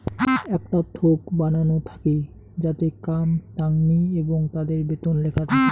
আকটা থোক বানানো তালিকা যাতে কাম তাঙনি এবং তাদের বেতন লেখা থাকি